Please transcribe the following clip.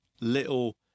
little